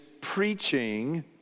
preaching